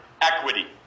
equity